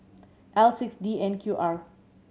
L six D N Q R